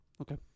Okay